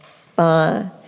spa